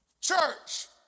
church